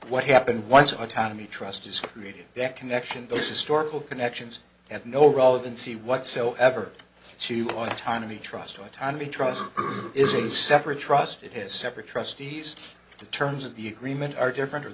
what happened once autonomy trust is created that connection those historical connections have no relevancy whatsoever to autonomy trust autonomy trust is a separate trust it has separate trustees two terms of the agreement are different or